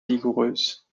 vigoureuse